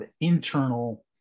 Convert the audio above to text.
internal